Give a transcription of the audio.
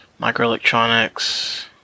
microelectronics